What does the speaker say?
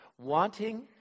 Wanting